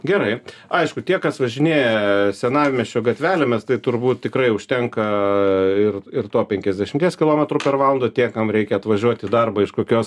gerai aišku tie kas važinėja senamiesčio gatvelėmis tai turbūt tikrai užtenka ir ir to penkiasdešimties kilometrų per valandą tie kam reikia atvažiuoti darbą iš kokios